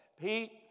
Pete